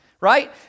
right